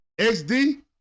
XD